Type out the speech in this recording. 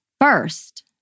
first